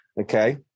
Okay